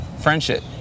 friendship